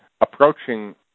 approaching